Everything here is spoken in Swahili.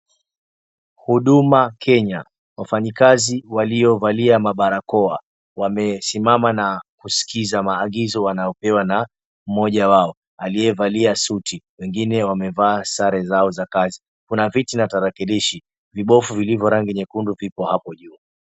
Huduma Kenya. Wafanyikazi waliovalia mabarakoa wamesimama na kusikiza maagizo wanayopewa na mmoja wao aliyevalia suti. Wengine wamevaa sare zao za kazi. Kuna viti na tarakilishi. Vibofu vilivyo rangi nyekundu vipo hapo juu.